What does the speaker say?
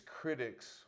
critics